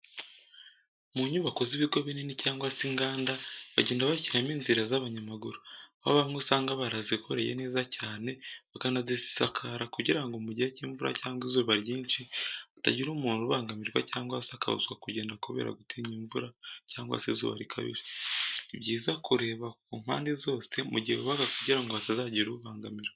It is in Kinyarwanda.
Mu nyubako z'ibigo binini cyangwa se inganda bagenda bashyiramo inzira z'abanyamaguru, aho bamwe usanga barazikoreye neza cyane bakanazisakara kugira ngo mu gihe cy'imvura cyangwa izuba ryinshi hatagira umuntu ubangamirwa cyangwa se akabuzwa kugenda kubera gutinya imvura cyangwa se izuba rikabije. Ni byiza kureba ku mpande zose mu gihe wubaka kugira ngo hatazagira ubangamirwa.